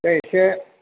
बे एसे